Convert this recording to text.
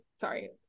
sorry